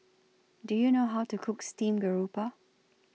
Do YOU know How to Cook Steamed Garoupa